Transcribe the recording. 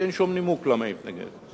אין שום נימוק למה היא מתנגדת.